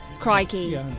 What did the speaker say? Crikey